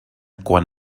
quan